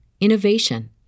innovation